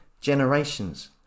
generations